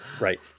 Right